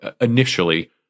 initially